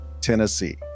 Tennessee